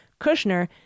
Kushner